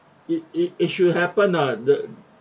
it it it should happen lah the